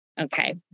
Okay